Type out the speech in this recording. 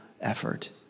effort